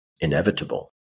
inevitable